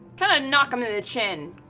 kind of knock him in the chin.